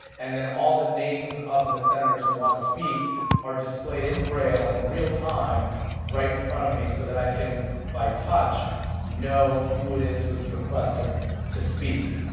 and then all the names of the senators who want to speak are displayed in braille in real time right in front of me so that i can by touch know who it is who's requested to speak.